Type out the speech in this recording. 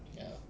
ya